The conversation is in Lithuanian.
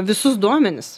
visus duomenis